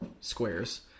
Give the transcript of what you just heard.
squares